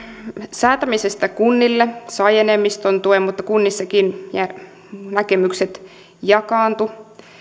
säätämisestä kunnille sai enemmistön tuen mutta kunnissakin näkemykset jakaantuivat